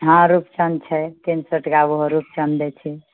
हाँ रूपचन छै तीन सए टका ओहो रूपचन दए छै